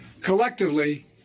Collectively